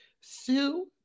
sue